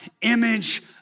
image